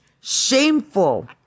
Shameful